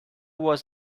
was